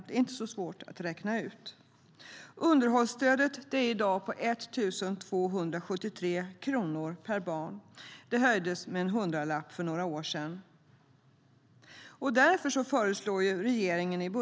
Det är inte så svårt att räkna ut. Underhållsstödet är i dag 1 273 kronor per barn. Det höjdes med en hundralapp för några år sedan.